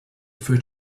refer